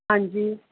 ਹਾਂਜੀ